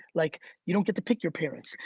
like you don't get to pick your parents.